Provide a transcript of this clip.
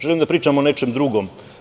Želim da pričam o nečem drugom.